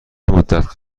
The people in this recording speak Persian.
مدت